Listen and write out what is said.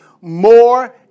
more